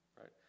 right